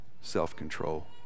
self-control